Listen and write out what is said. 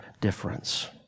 difference